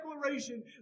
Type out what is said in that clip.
declaration